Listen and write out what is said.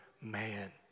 man